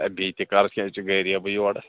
ہے بیٚیہِ تہِ کَر أسۍ چھِ غریبٕے یورٕ